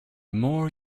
more